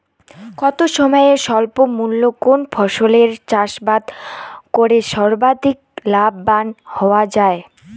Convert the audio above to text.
কম সময়ে স্বল্প মূল্যে কোন ফসলের চাষাবাদ করে সর্বাধিক লাভবান হওয়া য়ায়?